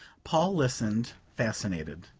paul listened, fascinated.